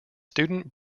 student